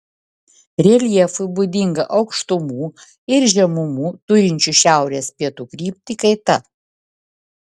reljefui būdinga aukštumų ir žemumų turinčių šiaurės pietų kryptį kaita